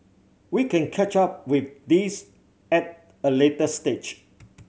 we can catch up with this at a later stage